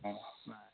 অঁ